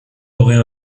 aurait